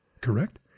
correct